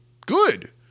good